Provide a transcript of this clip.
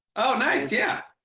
oh, nice! yeah.